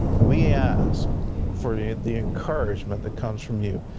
we ask for the the encouragement that comes from you,